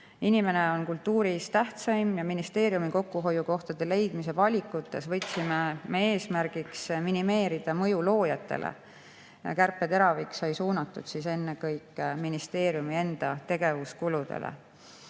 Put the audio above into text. Inimene on kultuuris tähtsaim ja ministeeriumi kokkuhoiukohtade leidmise valikutes võtsime me eesmärgiks minimeerida mõju loojatele. Kärpeteravik sai suunatud ennekõike ministeeriumi enda tegevuskuludele.